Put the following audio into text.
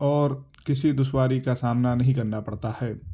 اور کسی دشواری کا سامنا نہیں کرنا پڑتا ہے